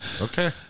Okay